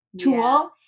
tool